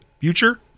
future